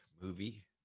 movie